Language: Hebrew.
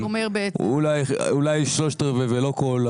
אולי שלושת רבעי ולא כל,